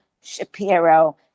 shapiro